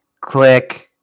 click